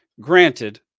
Granted